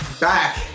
back